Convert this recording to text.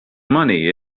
money